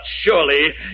surely